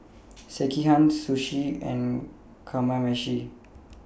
Sekihan Sushi and Kamameshi